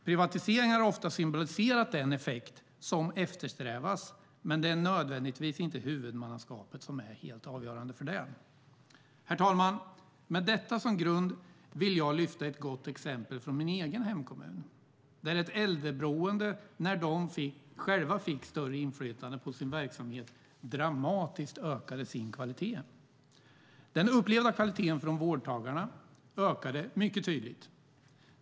Privatiseringar har ofta symboliserat den effekt som eftersträvas, men det är inte nödvändigtvis huvudmannaskapet som är avgörande för det. Herr talman! Med detta som grund vill jag lyfta upp ett gott exempel från min egen hemkommun där ett äldreboende dramatiskt ökade sin kvalitet när de själva fick större inflytande på sin verksamhet. Den upplevda kvaliteten från vårdtagarna ökade mycket tydligt.